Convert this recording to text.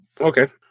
Okay